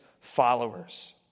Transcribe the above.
followers